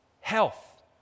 health